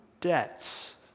debts